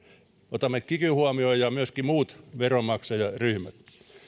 otamme kikyn huomioon ja myöskin muut veronmaksajaryhmät